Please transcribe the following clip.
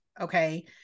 Okay